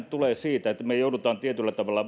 tulee siitä että me joudumme tietyllä tavalla